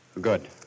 Good